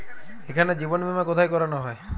এখানে জীবন বীমা কোথায় করানো হয়?